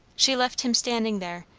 she left him standing there,